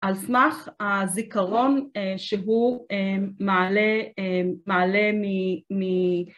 על סמך הזיכרון שהוא מעלה מעלה מ.. מ..